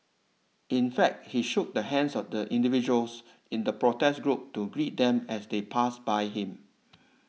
in fact he shook the hands of the individuals in the protest group to greet them as they passed by him